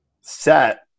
set